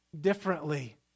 differently